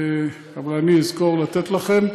אבל אני אזכור לתת לכם.